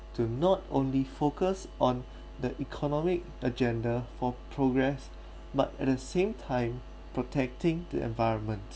to not only focus on the economic agenda for progress but at the same time protecting the environment